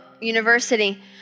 University